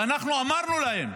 ואנחנו אמרנו להם: